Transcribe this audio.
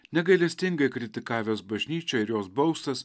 negailestingai kritikavęs bažnyčią ir jos baustas